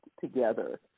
together